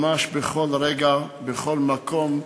ממש בכל רגע, בכל מקום,